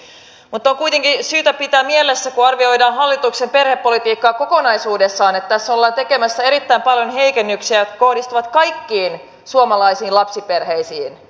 mutta on kuitenkin syytä pitää mielessä kun arvioidaan hallituksen perhepolitiikkaa kokonaisuudessaan että tässä ollaan tekemässä erittäin paljon heikennyksiä jotka kohdistuvat kaikkiin suomalaisiin lapsiperheisiin